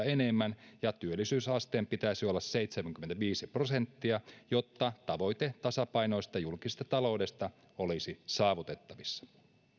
enemmän ja työllisyysasteen olla seitsemänkymmentäviisi prosenttia jotta tavoite tasapainoisesta julkisesta taloudesta olisi saavutettavissa